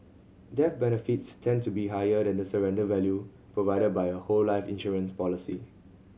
death benefits tend to be higher than the surrender value provided by a whole life insurance policy